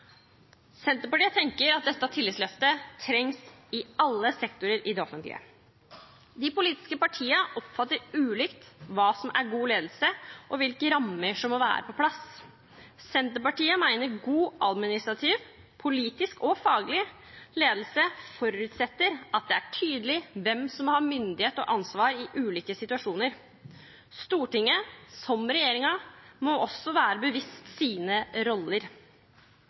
Senterpartiet tenker at dette tillitsløftet trengs i alle sektorer i det offentlige. De politiske partiene oppfatter ulikt hva som er god ledelse og hvilke rammer som må være på plass. Senterpartiet mener god administrativ, politisk og faglig ledelse forutsetter at det er tydelig hvem som har myndighet og ansvar i ulike situasjoner. Stortinget, som regjeringen, må også være bevisst sine roller.